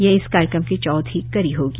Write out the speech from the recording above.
यह इस कार्यक्रम की चौथी कड़ी होगी